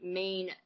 main